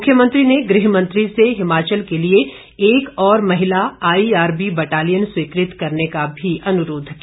मुख्यमंत्री ने गृह मंत्री से हिमाचल के लिए एक और महिला आईआरबी बटालियन स्वीकृत करने का भी अनुरोध किया